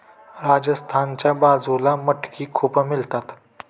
राजस्थानच्या बाजूला मटकी खूप मिळतात